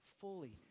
fully